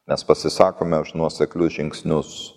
mes pasisakome už nuoseklius žingsnius